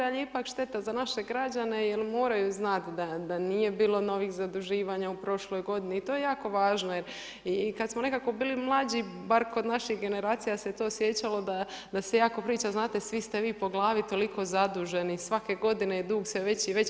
Ali je ipak šteta za naše građane, jer moraju znati da nije bilo novih zaduživanja u prošloj g. i to je jako važno, jer kada smo nekako bili mlađi, bar kod naših generacija se to osjećalo, da se jako priča, znate svi ste vi po glavi toliko zaduženi, svake g. je dug sve veći i veći.